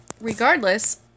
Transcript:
regardless